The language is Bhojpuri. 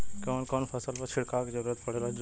कवन कवन फसल पर छिड़काव के जरूरत पड़ेला?